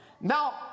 Now